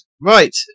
right